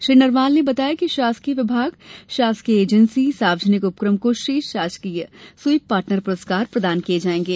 श्री नरवाल ने बताया कि शासकीय विभाग शासकीय एजेंसी सार्वजनिक उपक्रम को श्रेष्ठ शासकीय स्वीप पार्टनर पुरस्कार प्रदान किये जाएंगे